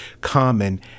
common